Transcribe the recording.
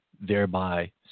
thereby